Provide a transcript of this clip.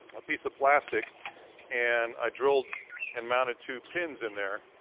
piece of plastic and i drilled and mounted two pins in there.